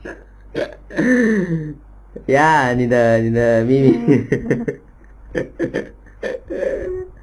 ya 你的你的秘密